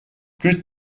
plus